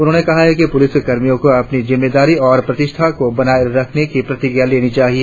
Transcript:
उन्होंने कहा कि पुलिस कर्मियों को अपनी जिम्मेदारी और प्रतिष्ठा को बनाये रखने की प्रतिज्ञा लेनी चाहिए